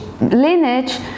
lineage